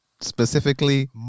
Specifically